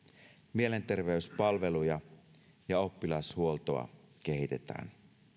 mielenterveyspalveluja ja oppilashuoltoa kehitetään